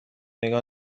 نگاه